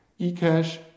eCash